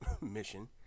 mission